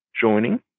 joining